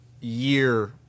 year